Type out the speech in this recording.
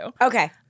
Okay